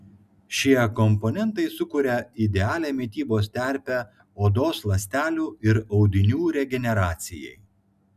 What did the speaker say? šie komponentai sukuria idealią mitybos terpę odos ląstelių ir audinių regeneracijai